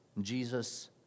Jesus